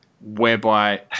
whereby